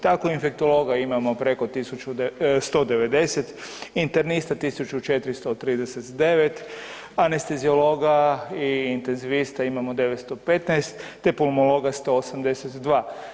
Tako infektologa imamo preko 1190, internista 1439, anesteziologa i intezivista imamo 915, te pulmologa 182.